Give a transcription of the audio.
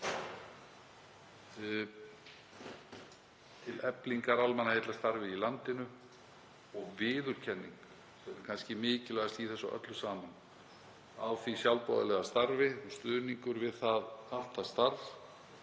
til eflingar almannaheillastarfi í landinu og viðurkenning, sem er kannski mikilvægast í þessu öllu saman, á því sjálfboðaliðastarfi og stuðningur við allt það starf